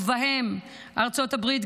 ובהן ארצות הברית,